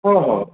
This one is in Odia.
ହଁ ହଁ